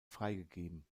freigegeben